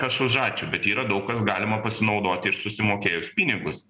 kas už ačiū bet yra daug kas galima pasinaudoti ir susimokėjus pinigus